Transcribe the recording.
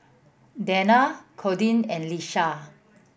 Dana Cordie and Lisha